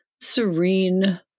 serene